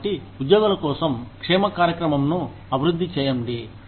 కాబట్టి ఉద్యోగులకోసం క్షేమ కార్యక్రమం ను అభివృద్ధి చేయండి